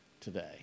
today